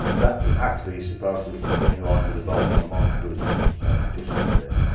that is actually supposed to come in line with the bolt but on mine it doesn't, so it just sits there.